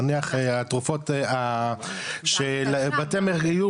נניח התרופות של בתי מיון,